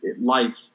life